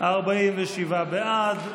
47 בעד,